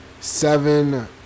seven